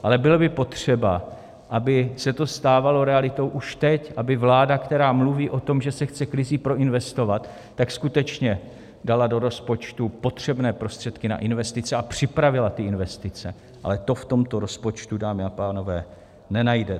Ale bylo by potřeba, aby se to stávalo realitou už teď, aby vláda, která mluví o tom, že se chce krizí proinvestovat, skutečně dala do rozpočtu potřebné prostředky na investice a připravila ty investice, ale to v tomto rozpočtu, dámy a pánové, nenajdete.